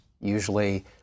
Usually